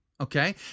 Okay